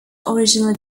original